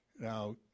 Now